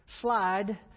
slide